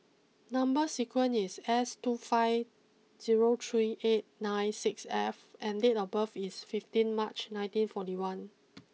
number sequence is S two five zero three eight nine six F and date of birth is fifteen March nineteen forty one